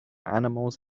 animals